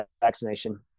vaccination